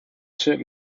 ship